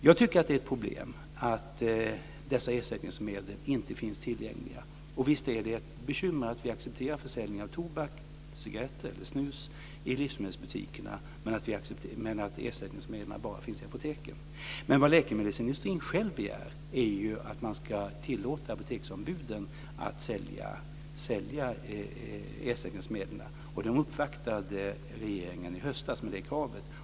Det är ett problem att dessa ersättningsmedel inte finns tillgängliga. Visst är det ett bekymmer att vi accepterar försäljning av tobak, cigarretter eller snus i livsmedelsbutikerna, men att ersättningsmedlen bara finns i apoteken. Men läkemedelsindustrin har själv begärt att apoteksombuden ska tillåtas sälja ersättningsmedlen. Man uppvaktade regeringen i höstas med det kravet.